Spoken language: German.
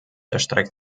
erstreckt